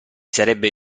sarebbe